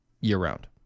year-round